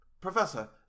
Professor